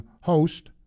host